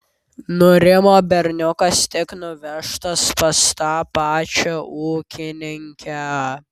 nurimo berniukas tik nuvežtas pas tą pačią ūkininkę